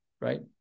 right